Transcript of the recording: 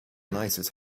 nicest